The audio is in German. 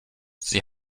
sie